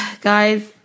guys